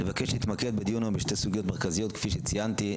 נבקש להתמקד בדיון היום בשתי סוגיות מרכזיות כפי שציינתי.